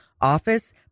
office